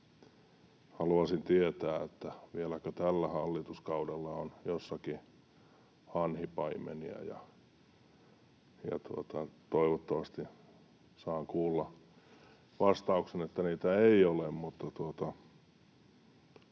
Haluaisin tietää, että vieläkö tällä hallituskaudella on jossakin hanhipaimenia, ja toivottavasti saan kuulla vastauksen, että niitä ei ole.